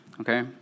Okay